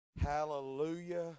Hallelujah